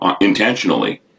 intentionally